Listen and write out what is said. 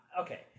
okay